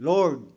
Lord